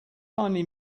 finally